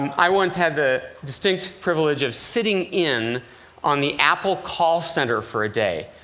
um i once had the distinct privilege of sitting in on the apple call center for a day.